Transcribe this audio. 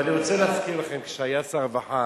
ואני רוצה להזכיר לכם, כשהיה שר הרווחה